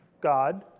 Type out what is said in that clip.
God